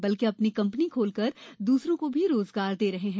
बल्कि कंपनी खोलकर द्रसरों को भी रोजगार दे रहे है